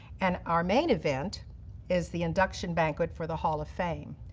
and our main event is the induction banquet for the hall of fame.